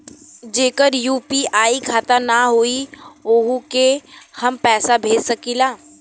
जेकर यू.पी.आई खाता ना होई वोहू के हम पैसा भेज सकीला?